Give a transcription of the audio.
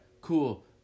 cool